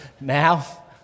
now